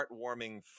heartwarming